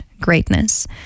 greatness